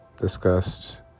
discussed